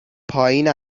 پایین